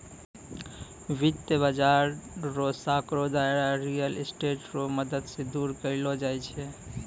वित्त बाजार रो सांकड़ो दायरा रियल स्टेट रो मदद से दूर करलो जाय छै